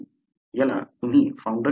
याला तुम्ही founder effect म्हणता